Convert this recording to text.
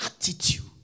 attitude